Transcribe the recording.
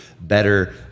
better